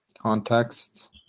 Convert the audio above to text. contexts